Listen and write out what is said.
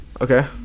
okay